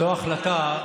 זו החלטה,